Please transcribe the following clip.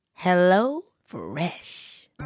HelloFresh